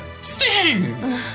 Sting